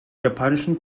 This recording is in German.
japanischen